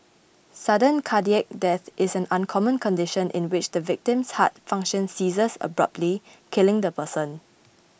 sudden cardiac death is an uncommon condition in which the victim's heart function ceases abruptly killing the person